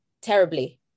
terribly